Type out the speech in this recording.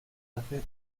hace